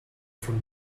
from